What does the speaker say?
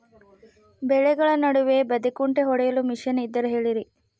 ಬೆಳೆಗಳ ನಡುವೆ ಬದೆಕುಂಟೆ ಹೊಡೆಯಲು ಮಿಷನ್ ಇದ್ದರೆ ಹೇಳಿರಿ